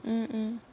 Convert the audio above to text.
mm mm